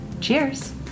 cheers